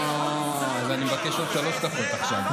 אוה, אז אני מבקש עוד שלוש דקות עכשיו.